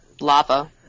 lava